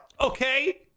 Okay